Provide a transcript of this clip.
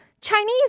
Chinese